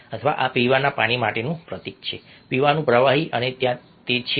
અથવા આ પીવાના પાણી માટેનું પ્રતીક છે પીવાનું પ્રવાહી અને તે ત્યાં છે